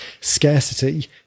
scarcity